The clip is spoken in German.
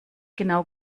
genau